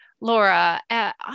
Laura